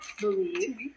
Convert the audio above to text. believe